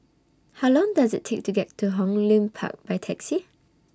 How Long Does IT Take to get to Hong Lim Park By Taxi